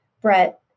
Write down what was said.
Brett